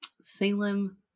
Salem